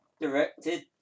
directed